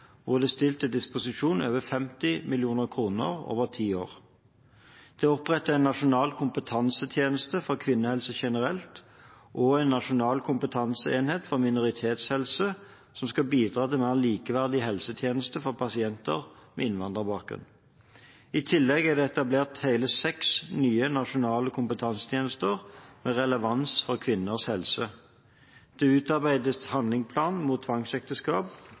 hvor det er stilt til disposisjon over 50 mill. kr over ti år. Det er opprettet en nasjonal kompetansetjeneste for kvinnehelse generelt og en nasjonal kompetanseenhet for minoritetshelse som skal bidra til mer likeverdige helsetjenester for pasienter med innvandrerbakgrunn. I tillegg er det etablert hele seks nye nasjonale kompetansetjenester med relevans for kvinners helse. Det er utarbeidet en handlingsplan mot tvangsekteskap